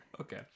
Okay